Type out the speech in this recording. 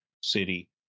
city